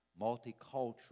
multicultural